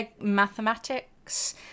mathematics